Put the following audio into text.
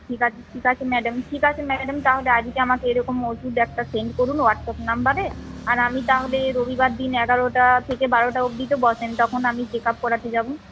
ঠিক আছে ঠিক আছে ম্যাডাম ঠিক আছে ম্যাডাম তাহলে আজকে আমাকে এরকম ওষুধ একটা সেন্ড করুন হোয়াটসঅ্যাপ নাম্বারে আর আমি তাহলে রবিবার দিন এগারোটা থেকে বারোটা অবধি তো বসেন তখন আমি চেক আপ করাতে যাব